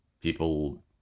people